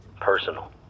Personal